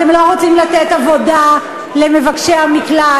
אתם לא רוצים לתת עבודה למבקשי המקלט.